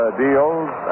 deals